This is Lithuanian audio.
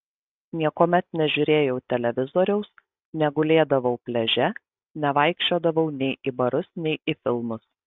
niekuomet nežiūrėjau televizoriaus negulėdavau pliaže nevaikščiodavau nei į barus nei į filmus